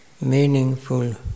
meaningful